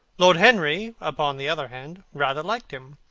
lord henry, upon the other hand, rather liked him.